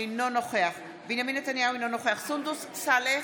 אינו נוכח בנימין נתניהו, אינו נוכח סונדוס סאלח,